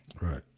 right